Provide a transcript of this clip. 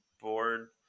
board